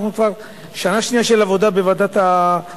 אנחנו כבר בשנה שנייה של עבודה בוועדה המשותפת,